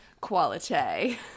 Quality